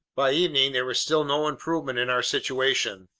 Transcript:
by evening there was still no improvement in our situation.